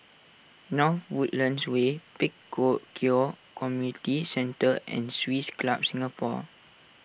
North Woodlands Way Pek Kio Community Centre and Swiss Club Singapore